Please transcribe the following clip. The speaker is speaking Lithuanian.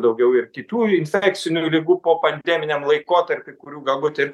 daugiau ir kitų infekcinių ligų po pandeminiam laikotarpiui kurių galbūt ir